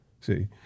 See